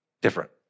different